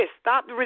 Stop